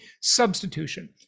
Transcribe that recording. substitution